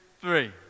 three